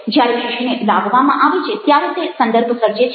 જ્યારે શીશીને લાવવામાં આવે છે ત્યારે તે સંદર્ભ સર્જે છે